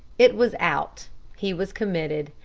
it was out he was committed,